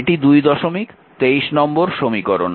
এটি 223 নম্বর সমীকরণ